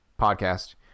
podcast